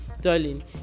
darling